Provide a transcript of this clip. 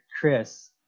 Chris